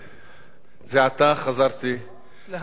זה עתה חזרתי מהפגנה